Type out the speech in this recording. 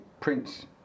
prince